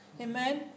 Amen